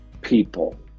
people